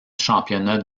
championnats